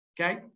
Okay